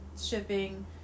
shipping